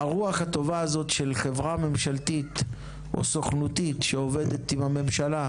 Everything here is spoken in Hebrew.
והרוח הטובה הזו של חברה ממשלתית או סוכנותית שעובדת עם הממשלה,